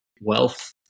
wealth